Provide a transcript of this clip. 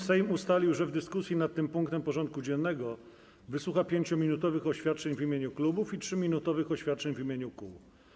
Sejm ustalił, że w dyskusji nad tym punktem porządku dziennego wysłucha 5-minutowych oświadczeń w imieniu klubów i 3-minutowych oświadczeń w imieniu kół.